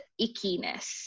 ickiness